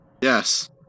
Yes